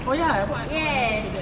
yes